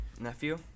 nephew